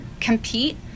compete